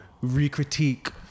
re-critique